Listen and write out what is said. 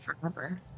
forever